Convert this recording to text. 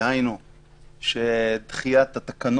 לגבי הגבלת השהייה במרחב הציבורי והגבלת הפעילות יש את תקנות